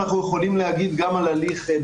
אבל דווקא כדי להגשים את מה שאתה מדבר עליו,